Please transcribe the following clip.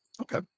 Okay